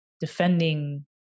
defending